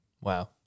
Wow